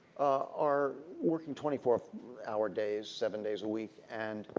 are working twenty four hour days, seven days a week, and